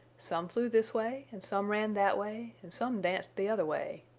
some flew this way and some ran that way and some danced the other way.